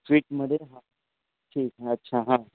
स्वीटमध्ये हा ठीक अच्छा हा